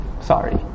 Sorry